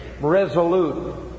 resolute